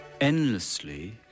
endlessly